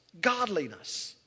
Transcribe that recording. Godliness